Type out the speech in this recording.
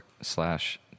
slash